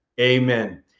Amen